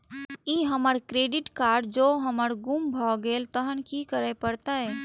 ई हमर credit card जौं हमर गुम भ गेल तहन की करे परतै?